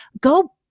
go